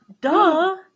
duh